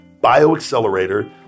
BioAccelerator